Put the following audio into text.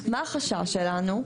מה החשש שלנו?